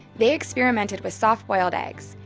they experimented with soft-boiled eggs,